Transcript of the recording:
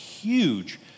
huge